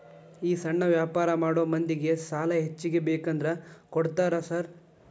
ಈ ಸಣ್ಣ ವ್ಯಾಪಾರ ಮಾಡೋ ಮಂದಿಗೆ ಸಾಲ ಹೆಚ್ಚಿಗಿ ಬೇಕಂದ್ರ ಕೊಡ್ತೇರಾ ಸಾರ್?